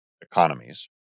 economies